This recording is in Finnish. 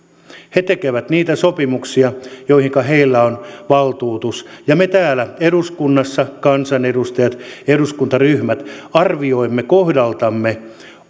he tekevät niitä sopimuksia joihinka heillä on valtuutus ja me täällä eduskunnassa kansanedustajat eduskuntaryhmät arvioimme kohdaltamme